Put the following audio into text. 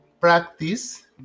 practice